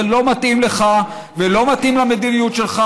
זה לא מתאים לך ולא מתאים למדיניות שלך.